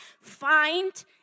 Find